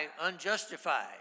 unjustified